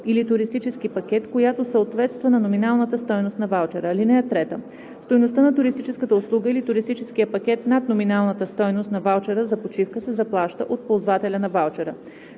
или туристически пакет, която съответства на номиналната стойност на ваучера. (3) Стойността на туристическата услуга или туристическия пакет, над номиналната стойност на ваучера за почивка, се заплаща от ползвателя на ваучера.